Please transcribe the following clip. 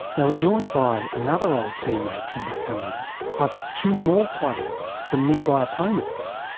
they were joined by another old team mate from back home, plus two more players from nearby opponents.